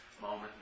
moment